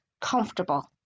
comfortable